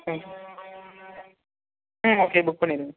ம் ம் okay book பண்ணிவிடுங்க